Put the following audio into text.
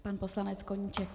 Pan poslanec Koníček.